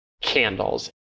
candles